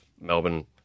Melbourne